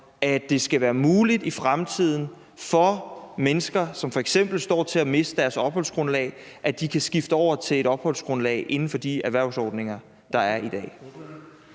fremtiden skal være muligt for mennesker, som f.eks. står til at miste deres opholdsgrundlag, at de kan skifte over til et opholdsgrundlag inden for de erhvervsordninger, der er i dag?